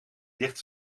dicht